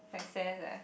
success ah